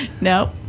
No